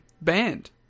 banned